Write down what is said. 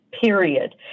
period